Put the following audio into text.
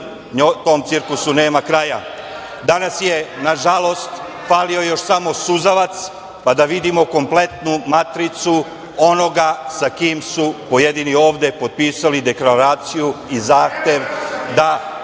tom cirkusu nema kraja. Danas je, nažalost, falio još samo suzavac, pa da vidimo kompletnu matricu onoga sa kim su pojedini ovde potpisali deklaraciju i zahtev da